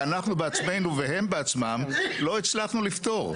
שאנחנו בעצמנו והם בעצמם, לא הצלחנו לפתור.